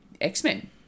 X-Men